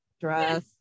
dress